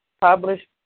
published